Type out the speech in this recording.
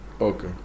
Okay